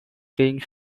paying